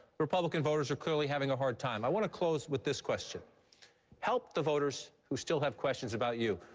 republican voters are clearly having a hard time. i want to close with this question help the voters who still have questions about you.